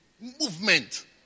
movement